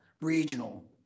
regional